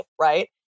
right